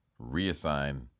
reassign